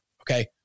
Okay